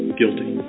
guilty